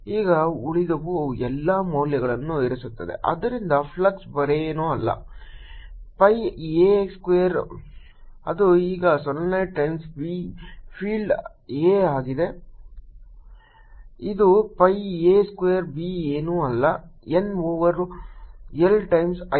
ಈಗ ಉಳಿದವು ಎಲ್ಲಾ ಮೌಲ್ಯಗಳನ್ನು ಇರಿಸುತ್ತದೆ ಆದ್ದರಿಂದ ಫ್ಲಕ್ಸ್ ಬೇರೇನೂ ಅಲ್ಲ pi a ಸ್ಕ್ವೇರ್ ಅದು ಈಗ ಸೊಲೀನಾಯ್ಡ್ ಟೈಮ್ಸ್ B ಫೀಲ್ಡ್ಅ ಆಗಿದೆ ಇದು pi a ಸ್ಕ್ವೇರ್ B ಏನೂ ಅಲ್ಲ N over L times I